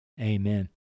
Amen